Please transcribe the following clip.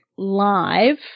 Live